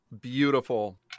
Beautiful